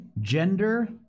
gender